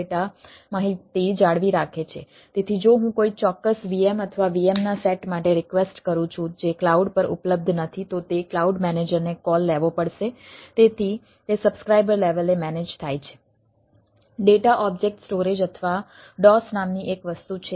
data object storage અથવા DOS નામની એક વસ્તુ છે